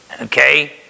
Okay